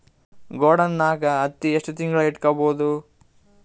ಗೊಡಾನ ನಾಗ್ ಹತ್ತಿ ಎಷ್ಟು ತಿಂಗಳ ಇಟ್ಕೊ ಬಹುದು?